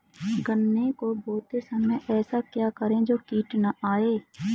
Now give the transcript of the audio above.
गन्ने को बोते समय ऐसा क्या करें जो कीट न आयें?